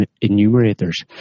enumerators